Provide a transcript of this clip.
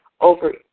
Over